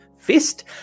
fist